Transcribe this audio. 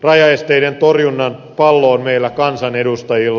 rajaesteiden torjunnan pallo on meillä kansanedustajilla